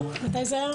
-- מתי זה היה?